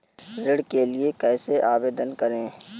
ऋण के लिए कैसे आवेदन करें?